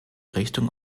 richtung